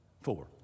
Four